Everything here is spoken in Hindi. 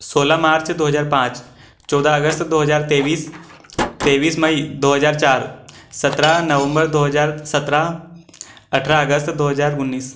सोलह मार्च दो हजार पाँच चौदह अगस्त दो हजार तेविस तेविस मई दो हजार चार सत्रह नवम्बर दो हजार सत्रह अठरह अगस्त दो हजार उन्नीस